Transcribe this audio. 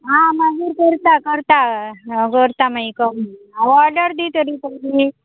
आ मागी करता करता करता हय हय मागी कमी हांव ऑर्डर दी तरी पयली